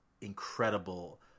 incredible